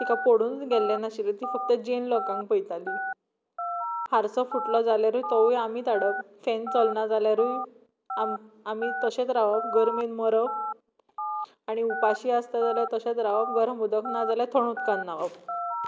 तिका पडुनूच गेल्लें नाशिल्लें ती फक्त जैन लोकांक पळयताली हारसो फुटलो जाल्यारूय तोवूय आमीत हाडप फॅन चलना जाल्यारूय आम आमी तशेंच रावप गर्मेन मरप आनी उपाशी आसता जाल्यार तशेंच रावप गरम उदक नाजाल्या थंड उदकान न्हांवप